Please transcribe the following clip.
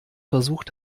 versucht